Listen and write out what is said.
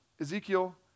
Ezekiel